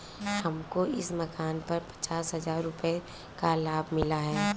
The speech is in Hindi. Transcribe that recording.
हमको इस मकान पर पचास हजार रुपयों का लाभ मिला है